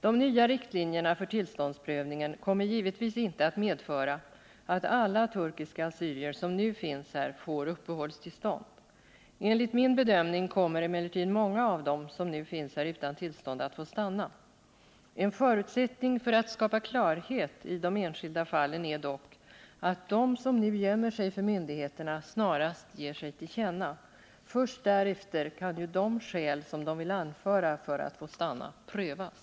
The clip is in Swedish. De nya riktlinjerna för tillståndsprövningen kommer givetvis inte att medföra att alla turkiska assyrier som nu finns här får uppehållstillstånd. Enligt min bedömning kommer emellertid många av dem som nu finns här utan tillstånd att få stanna. En förutsättning för att skapa klarhet i de enskilda fallen är dock att de som nu gömmer sig för myndigheterna snarast ger sig till känna. Först därefter kan ju de skäl som de vill anföra för att få stanna prövas.